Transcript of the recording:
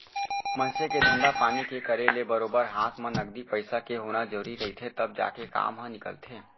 मनसे के धंधा पानी के करे ले बरोबर हात म नगदी पइसा के होना जरुरी रहिथे तब जाके काम ह निकलथे